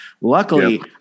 Luckily